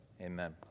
amen